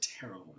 terrible